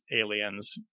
aliens